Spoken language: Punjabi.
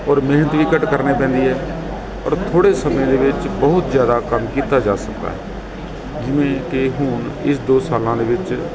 ਔਰ ਮਿਹਨਤ ਵੀ ਘੱਟ ਕਰਨੀ ਪੈਂਦੀ ਹੈ ਔਰ ਥੋੜ੍ਹੇ ਸਮੇਂ ਦੇ ਵਿੱਚ ਬਹੁਤ ਜ਼ਿਆਦਾ ਕੰਮ ਕੀਤਾ ਜਾ ਸਕਦਾ ਹੈ ਜਿਵੇਂ ਕਿ ਹੁਣ ਇਸ ਦੋ ਸਾਲਾਂ ਦੇ ਵਿੱਚ